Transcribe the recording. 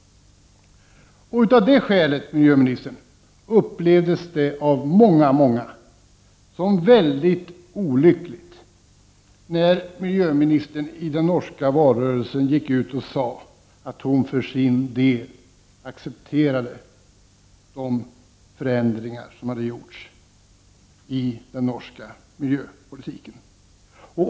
Av det skälet upplevdes det av många som mycket olyckligt när miljöministern i den norska valrörelsen gick ut och sade att hon för sin del accepterade de förändringar som hade gjorts i den norska miljöpolitiken.